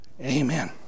amen